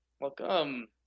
welcome